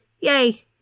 Yay